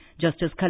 Justice